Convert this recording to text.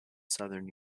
southern